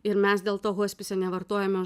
ir mes dėl to hospise nevartojame